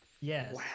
Yes